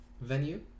venue